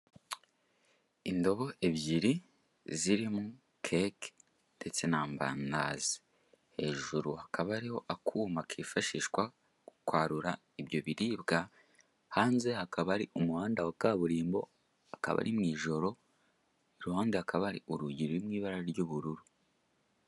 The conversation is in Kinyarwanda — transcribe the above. Indobo ebyiri, zirimo keke ndetse n'amandazi, hejuru hakaba hariho akuma kifashishwa kwarura ibyo biribwa, hanze hakaba hari umuhanda wa kaburimbo hakaba ari mwijoro kuruhande hakaba hari urugi rwibara ry'ubururu.